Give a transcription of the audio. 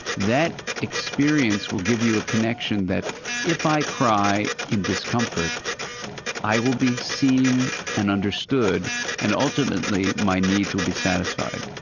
that experience will give you a connection that if i cry in discomfort i will be seen and understood and ultimately my needs will be satisfied.